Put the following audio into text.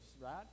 right